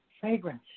Fragrance